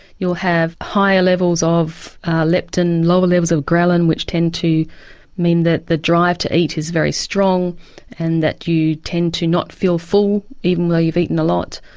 you'll have higher levels of leptin, lower levels of ghrelin which tend to mean that the drive to eat is very strong and that you tend to not feel full, even though you've eaten a lot.